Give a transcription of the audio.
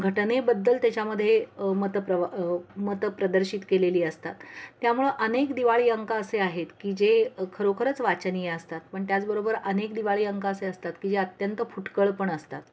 घटनेबद्दल त्याच्यामध्ये मत प्रवा मतं प्रदर्शित केलेली असतात त्यामुळं अनेक दिवाळी अंक असे आहेत की जे खरोखरच वाचनीय असतात पण त्याचबरोबर अनेक दिवाळी अंक असे असतात की जे अत्यंत फुटकळ पण असतात